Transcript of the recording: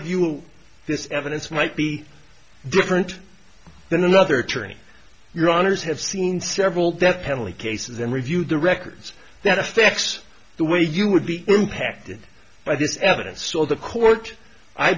view this evidence might be different than another czerny your honour's have seen several death penalty cases and reviewed the records that effects the way you would be impacted by this evidence all the court i